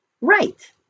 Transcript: right